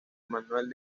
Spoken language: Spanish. manuel